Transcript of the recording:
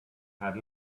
had